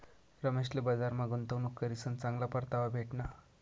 रमेशले बजारमा गुंतवणूक करीसन चांगला परतावा भेटना